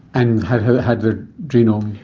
and had had their genome?